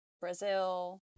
Brazil